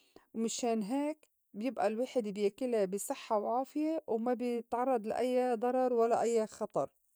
مِشان هيك بيبئى الواحد بياكلا بي صحّة وعافية وما بيتعرّض لأيّا ضرر ولا أيّا خطر.